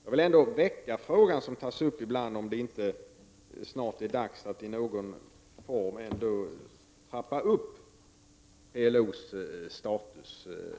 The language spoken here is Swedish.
Jag vill ändå väcka en fråga som tas upp ibland, om det inte snart är dags att i någon form trappa upp PLO:s status i Sverige.